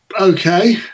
Okay